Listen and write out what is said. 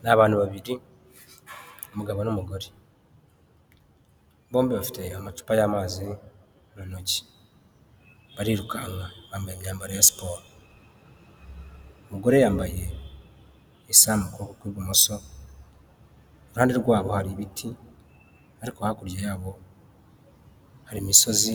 Ni abantu babiri umugabo n'umugore bombi bafite amacupa y'amazi mu ntoki, bariruka, bambaye imyambaro ya siporo, umugore yambaye isaha ku kuboko kw'ibumoso iruhande rwabo hari ibiti ariko hakurya yabo hari imisozi